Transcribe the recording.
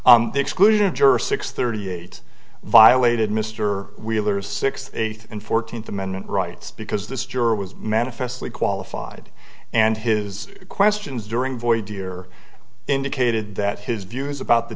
excluded a juror six thirty eight violated mr wheeler's six eighth and fourteenth amendment rights because this juror was manifestly qualified and his questions during void year indicated that his views about the